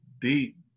deep